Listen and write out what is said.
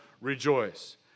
rejoice